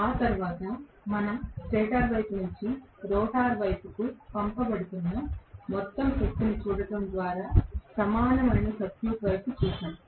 ఆ తరువాత మనం స్టేటర్ వైపు నుండి రోటర్ వైపుకు పంపబడుతున్న మొత్తం శక్తిని చూడటం ద్వారా సమానమైన సర్క్యూట్ వైపు చూశాము